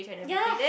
ya